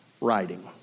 writing